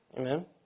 Amen